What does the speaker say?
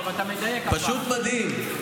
זה מדויק.